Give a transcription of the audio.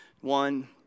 one